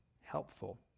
helpful